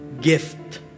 gift